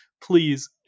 please